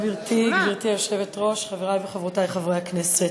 גברתי היושבת-ראש, חברי וחברותי חברי הכנסת,